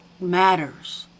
matters